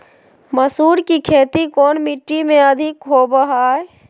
मसूर की खेती कौन मिट्टी में अधीक होबो हाय?